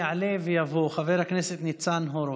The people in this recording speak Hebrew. יעלה ויבוא חבר הכנסת ניצן הורוביץ,